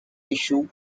tissue